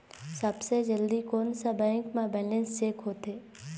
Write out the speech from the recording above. सबसे जल्दी कोन सा बैंक म बैलेंस चेक होथे?